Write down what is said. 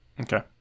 Okay